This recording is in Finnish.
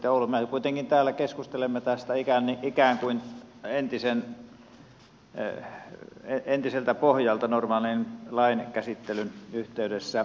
me kuitenkin täällä keskustelemme tästä ikään kuin entiseltä pohjalta kuten normaalin lain käsittelyn yhteydessä teemme